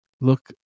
look